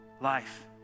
life